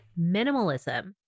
minimalism